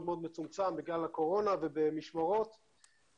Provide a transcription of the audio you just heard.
מאוד מצומצם ובמשמרות בגלל הקורונה,